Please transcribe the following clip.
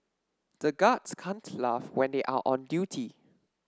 the guards can't laugh when they are on duty